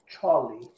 Charlie